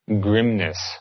grimness